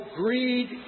greed